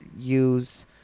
use